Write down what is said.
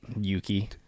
Yuki